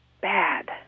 bad